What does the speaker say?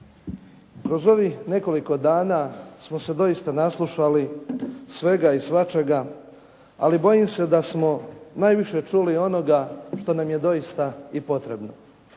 Kroz ovih nekoliko dana smo se doista naslušali svega i svačega, ali bojim se da smo najviše čuli onoga što nam je doista i potrebno.